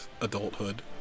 adulthood